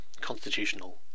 constitutional